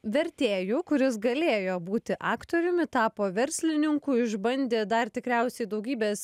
vertėju kuris galėjo būti aktoriumi tapo verslininku išbandė dar tikriausiai daugybes